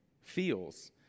feels